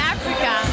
Africa